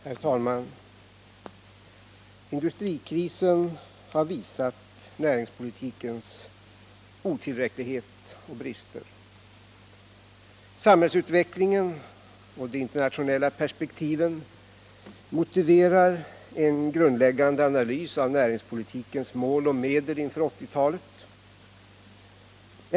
Herr talman! Industrikrisen har visat näringspolitikens otillräcklighet och brister. Samhällsutvecklingen och de internationella perspektiven motiverar en grundläggande analys av näringspolitikens mål och medel inför 1980 talet.